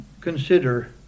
consider